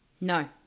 No